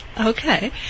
Okay